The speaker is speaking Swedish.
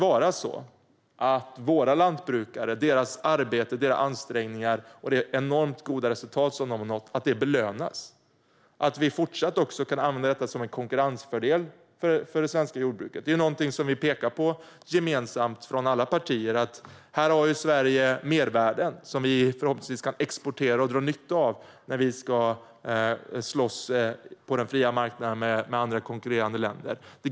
Våra lantbrukare, deras arbete och ansträngningar och det enormt goda resultat som de har nått måste belönas. Vi måste även fortsatt kunna använda detta som en konkurrensfördel för det svenska jordbruket. Vi pekar gemensamt från alla partier på att Sverige när det gäller det goda smittskyddet har mervärden som vi förhoppningsvis kan exportera och dra nytta av när vi ska slåss på den fria marknaden med andra konkurrerande länder.